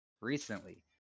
recently